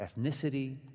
ethnicity